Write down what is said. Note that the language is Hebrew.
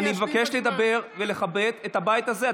אני מבקש לדבר ולכבד את הבית הזה.